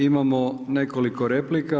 Imamo nekoliko replika.